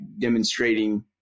demonstrating